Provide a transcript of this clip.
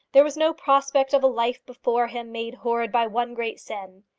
there was no prospect of a life before him made horrid by one great sin.